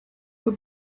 for